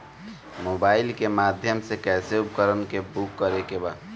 Mobile के माध्यम से कैसे उपकरण के बुक करेके बा?